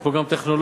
יש פה גם טכנולוגיה.